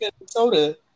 Minnesota